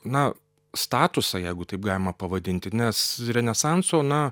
na statusą jeigu taip galima pavadinti nes renesanso na